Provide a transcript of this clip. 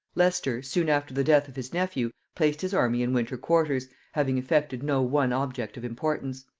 leicester, soon after the death of his nephew, placed his army in winter-quarters, having effected no one object of importance.